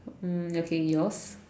mm okay yours